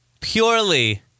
purely